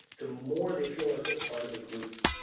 the more they feel like they're part of a group.